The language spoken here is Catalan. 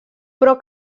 però